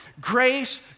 Grace